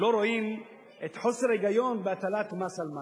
לא רואים את חוסר ההיגיון בהטלת מס על מס.